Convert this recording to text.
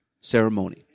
ceremony